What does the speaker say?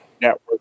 Network